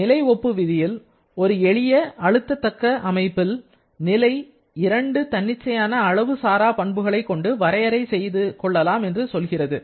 நிலை ஒப்பு விதியில் ஒரு எளிய அழுத்த இயலும் அமைப்பின் நிலை இரண்டு தன்னிச்சையான அளவு சாரா பண்புகளை கொண்டு வரையறை செய்து கொள்ளலாம் என்று சொல்கிறது